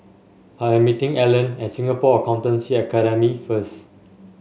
I am meeting Allen at Singapore Accountancy Academy first